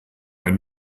ein